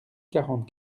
quarante